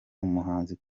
umuhanzi